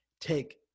take